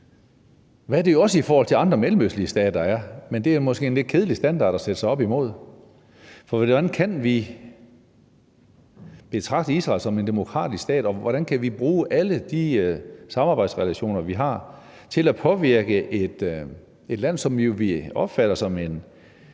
hvad det jo også er i forhold til andre mellemøstlige stater, men det er måske en lidt kedelig standard at sætte sig op imod. Hvordan kan vi betragte Israel som en demokratisk stat, og hvordan kan vi bruge alle de samarbejdsrelationer, vi har, til at påvirke et land, som vi jo opfatter som et